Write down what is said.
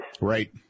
Right